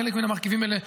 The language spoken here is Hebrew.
חלק מן המרכיבים האלה הם,